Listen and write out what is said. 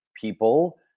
people